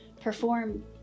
perform